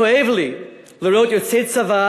כואב לי לראות יוצאי צבא